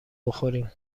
بخوریم